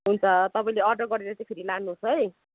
हुन्छ तपाईँले अर्डर गरेर चाहिँ फेरि लानुहोस् है